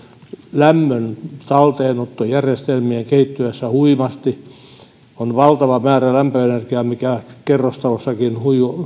lämmön talteenottojärjestelmien kehittyessä huimasti se on valtava määrä lämpöenergiaa mikä kerrostalossakin